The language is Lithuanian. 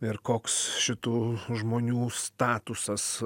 ir koks šitų žmonių statusas